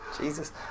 Jesus